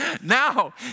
Now